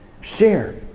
Share